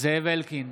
זאב אלקין,